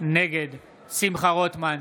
נגד שמחה רוטמן,